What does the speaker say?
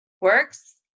works